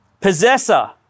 Possessor